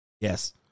Yes